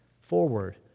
forward